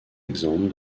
exemples